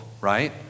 right